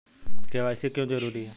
KYC क्यों जरूरी है?